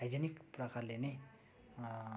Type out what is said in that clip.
hygienic प्रकारले नै